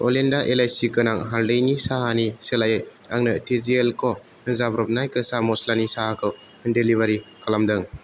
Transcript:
अलिन्दा एलाइसि गोनां हालदैनि साहानि सोलायै आंनो टिजिएल क' जाब्रबनाय गोसा मस्लानि साहाखौ डेलिबारि खालामदों